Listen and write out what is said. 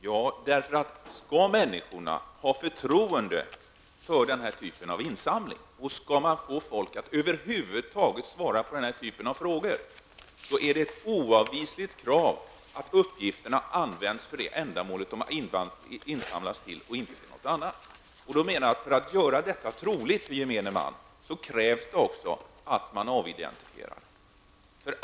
Fru talman! Skall människor få förtroende för denna typ av insamling och skall man få folk att över huvud taget svara på den typen av frågor, är det ett oavvisligt krav att uppgifterna används för det ändamål de samlas in för och inte för något annat. För att göra detta troligt för gemene man krävs det en avidentifiering.